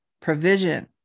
provision